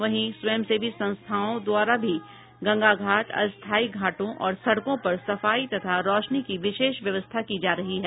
वहीं स्वयं सेवी संस्थाओं द्वारा भी गंगा घाट अस्थायी घाटों और सड़कों पर सफाई तथा रौशनी की विशेष व्यवस्था की जा रही है